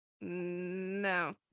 No